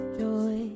joy